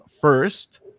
first